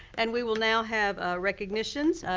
and we will now have recognitions.